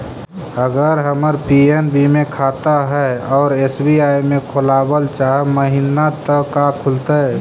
अगर हमर पी.एन.बी मे खाता है और एस.बी.आई में खोलाबल चाह महिना त का खुलतै?